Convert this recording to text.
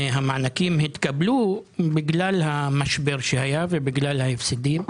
המענקים התקבלו בגלל המשבר שהיה ובגלל ההפסדים.